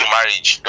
marriage